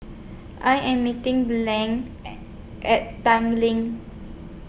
I Am meeting Blane A At Tanglin